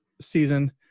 season